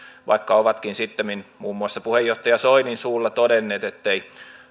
vaikka ovatkin sittemmin muun muassa puheenjohtaja soinin suulla todenneet ettei